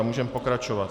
Můžeme pokračovat.